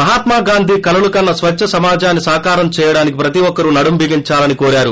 మహాత్మా గాంధి కలలుకన్న స్వచ్చ సమాజాన్ని సాకారం చేయడానికి ప్రతి ఒక్కరు నడుం బిగిందాలని కోరారు